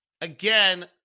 again